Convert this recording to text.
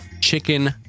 Chicken